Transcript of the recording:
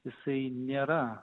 jisai nėra